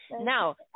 Now